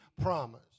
promise